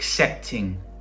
Accepting